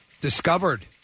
discovered